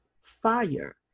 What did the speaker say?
fire